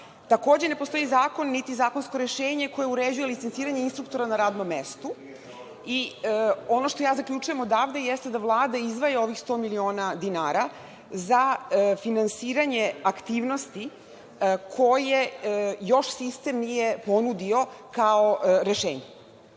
Takođe, ne postoji zakon, niti zakonsko rešenje koje uređuje licenciranje instruktora na radnom mestu. Ono što zaključujem odavde jeste da Vlada izdvaja ovih 100 miliona dinara za finansiranje aktivnosti koje još sistem nije ponudio kao rešenje. Da